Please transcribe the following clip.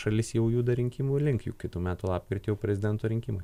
šalis jau juda rinkimų link jau kitų metų lapkritį prezidento rinkimai